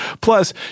Plus